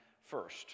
first